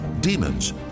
demons